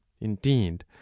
indeed